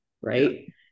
right